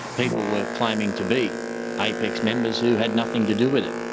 people were claiming to be apex members who had nothing to do with it.